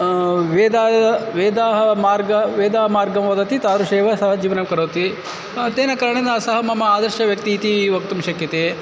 वेदाय वेदाः मार्गे वेदमार्गं वदति तादृशम् एव सः जीवनं करोति तेन करणेन सः मम आदर्शव्यक्तिः इति वक्तुं शक्यते